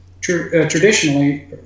traditionally